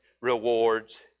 rewards